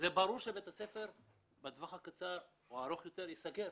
ברור שבית הספר בטווח הקצר או הארוך יותר ייסגר,